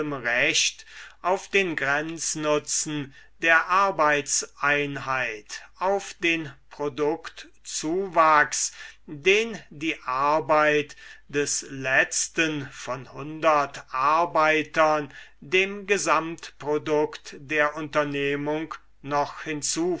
recht auf den grenznutzen der arbeitseinheit auf den produktzuwachs den die arbeit des letzten von arbeitern dem gesamtprodukt der unternehmung noch